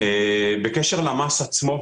בקשר למס עצמו.